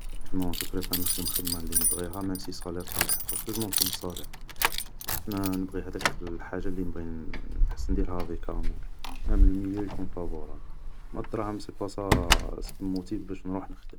نون جو بريفار نخدم الخدمة اللي نبغيها مام سي السالار طايح, بارسكو جو مون فو من السالار نبغي هداك الحاجة اللي نبغي نحس نديرها افيك أمور, مام لو ميليو يكون فافورابل, ما دراهم سي با سا سو كي مو موتيف باش نروح نخدم